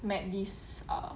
met this err